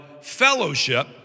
fellowship